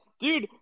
dude